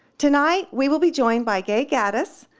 tonight we will be joined by gay gaddis,